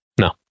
No